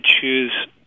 choose